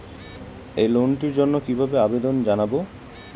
এই লোনটির জন্য কিভাবে আবেদন জানাবো?